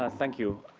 ah thank you.